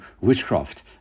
witchcraft